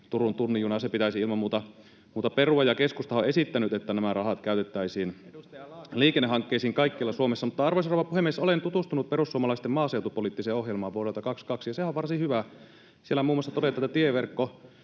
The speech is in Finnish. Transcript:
Turun tunnin junan. Se pitäisi ilman muuta perua. Ja keskustahan on esittänyt, että nämä rahat käytettäisiin liikennehankkeisiin kaikkialla Suomessa. Arvoisa rouva puhemies! Olen tutustunut perussuomalaisten maaseutupoliittiseen ohjelmaan vuodelta 22, ja sehän on varsin hyvä. Siellä muun muassa todetaan, että tieverkko